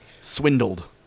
swindled